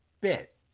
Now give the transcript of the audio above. bit